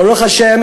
ברוך השם,